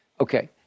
Okay